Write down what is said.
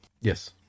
Yes